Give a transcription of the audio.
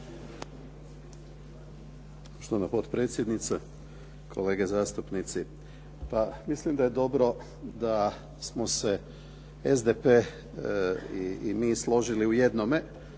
Štovana potpredsjednice, kolege zastupnici, pa mislim da je dobro da smo se SDP i mi složili u jednome